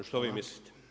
Što vi mislite?